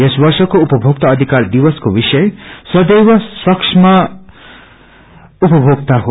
यस वर्षको उपभोक्ता अधिकार दिवसको विषय सदैव सक्षम उपभोक्ता हो